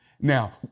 Now